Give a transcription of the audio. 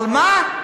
על מה?